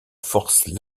force